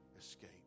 escape